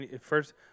first